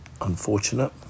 Unfortunate